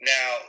Now